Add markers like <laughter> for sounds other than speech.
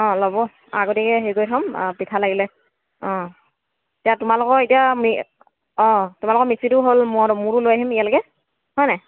অঁ ল'ব অঁ আগতীয়াকৈ হেৰি কৰি থ'ম পিঠা লাগিলে অঁ এতিয়া তোমালোকৰ এতিয়া <unintelligible> অঁ তোমালোকৰ মিক্সিটোও হ'ল <unintelligible> মোৰটো লৈ আহিম ইয়ালৈ কে হয় নাই